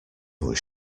was